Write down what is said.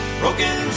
broken